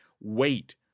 Wait